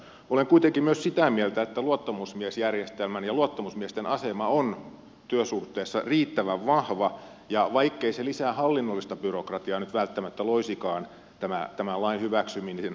olen kuitenkin myös sitä mieltä että luottamusmiesjärjestelmän ja luottamusmiesten asema on työsuhteessa riittävän vahva ja vaikkei tämän lain hyväksyminen lisää hallinnollista byrokratiaa nyt välttämättä loisikaan tämä tämä lain hyväksyminen